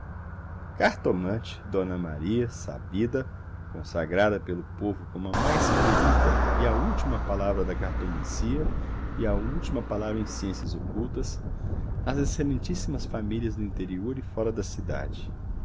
cartomante dona maria sabida consagrada pelo povo como a mais perita e a última palavra da cartomancia e a última palavra em ciências ocultas às excelentíssimas famílias do interior e fora da cidade